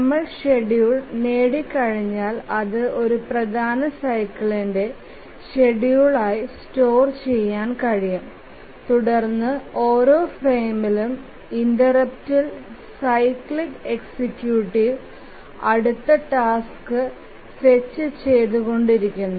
നമ്മൾ ഷെഡ്യൂൾ നേടിക്കഴിഞ്ഞാൽ അത് ഒരു പ്രധാന സൈക്കിളിന്റെ ഷെഡ്യൂളായി സ്റ്റോർ ചെയാൻ കഴിയും തുടർന്ന് ഓരോ ഫ്രെയിമിലും ഇന്ററപ്റ്റിൽ സൈക്ലിക് എക്സിക്യൂട്ടീവ് അടുത്ത ടാസ്ക് ഫെച്ചു ചെയ്തു കൊണ്ടിരിക്കും